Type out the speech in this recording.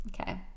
okay